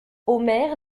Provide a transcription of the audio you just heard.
omer